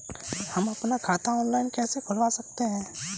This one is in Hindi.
हम अपना खाता ऑनलाइन कैसे खुलवा सकते हैं?